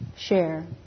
share